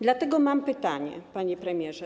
Dlatego mam pytanie, panie premierze.